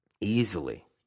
easily